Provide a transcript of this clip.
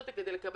לתת